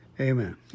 Amen